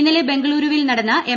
ഇന്നലെ ബംഗളൂരുവിൽ നടന്ന എം